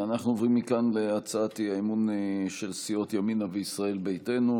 אנחנו עוברים מכאן להצעת האי-אמון של סיעות ימינה וישראל ביתנו,